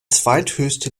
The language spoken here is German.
zweithöchste